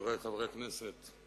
חברי חברי הכנסת,